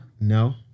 No